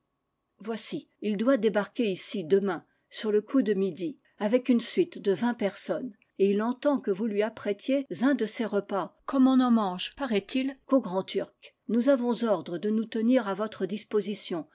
voici il doit débarquer ici demain sur le coup de midi avec une suite de vingt personnes et il entend que vous lui apprêtiez un de ces repas comme on n'en mange paraît-il qu'au grand tu nous avons ordre de nous tenir à votre disposition